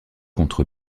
contre